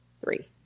Three